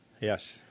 Yes